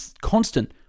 constant